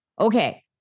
Okay